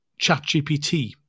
ChatGPT